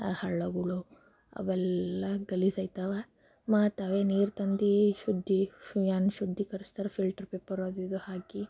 ಆ ಹಳ್ಳಗಳು ಅವೆಲ್ಲ ಗಲೀಜು ಆಯ್ತವಾ ಮತ್ತು ಅವೇ ನೀರು ತಂದು ಶುದ್ಧಿ ಏನು ಶುದ್ಧೀಕರಿಸ್ತಾರೆ ಫಿಲ್ಟರ್ ಪೇಪರು ಅದು ಇದು ಹಾಕಿ